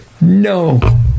No